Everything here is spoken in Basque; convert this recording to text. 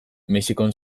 mexikon